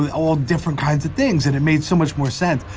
and all different kinds of things and it made so much more sense.